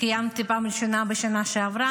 קיימתי אותו בפעם הראשונה בשנה שעברה,